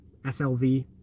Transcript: slv